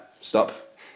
stop